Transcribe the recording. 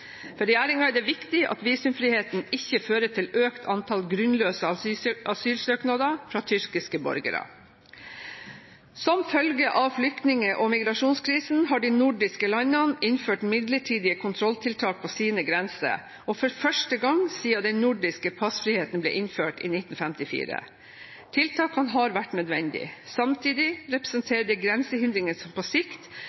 For regjeringen er det viktig at visumfriheten ikke fører til økt antall grunnløse asylsøknader fra tyrkiske borgere. Som følge av flyktning- og migrasjonskrisen har de nordiske landene innført midlertidige kontrolltiltak på sine grenser, for første gang siden den nordiske passfriheten ble innført i 1954. Tiltakene har vært nødvendige. Samtidig